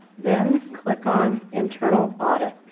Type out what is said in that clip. then click on internal audit.